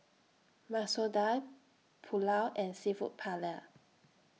Masoor Dal Pulao and Seafood Paella